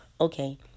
okay